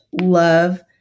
love